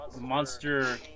monster